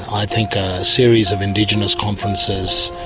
i think a series of indigenous conferences